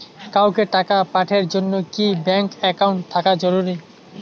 কাউকে টাকা পাঠের জন্যে কি ব্যাংক একাউন্ট থাকা জরুরি?